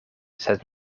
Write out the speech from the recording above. sed